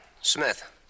Smith